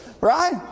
Right